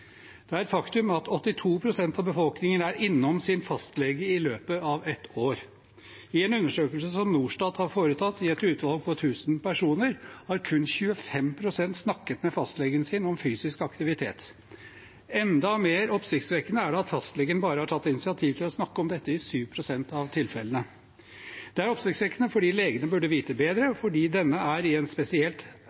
Det er et faktum at 82 pst. av befolkningen er innom sin fastlege i løpet av ett år. I en undersøkelse som Norstat har foretatt i et utvalg på 1 000 personer, har kun 25 pst. snakket med fastlegen sin om fysisk aktivitet. Enda mer oppsiktsvekkende er det at fastlegen bare har tatt initiativ til å snakke om dette i 7 pst. av tilfellene. Det er oppsiktsvekkende fordi legene burde vite bedre, og fordi de er i en spesielt